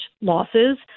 losses